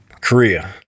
Korea